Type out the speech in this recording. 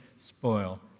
spoil